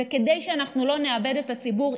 כדי שאנחנו לא נאבד את הציבור,